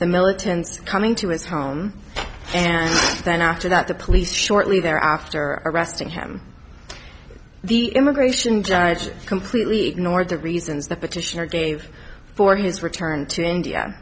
the militants coming to his home and then after that the police shortly there after arresting him the immigration judge completely ignored the reasons the petitioner gave for his return to india